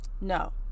No